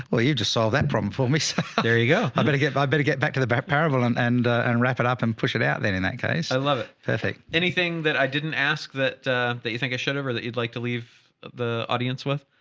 well, you've just solve that problem for me. so there you go. i'm going to get by. i better get back to the back pair of and and and wrap it up and push it out then in that case. i love it. perfect. anything that i didn't ask that that you think i should've or that you'd like to leave the audience with?